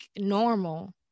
normal